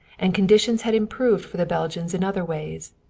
and conditions had improved for the belgians in other ways.